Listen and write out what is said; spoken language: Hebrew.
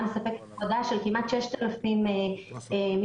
מספקת עבודה של כמעט 6,000 משפחות.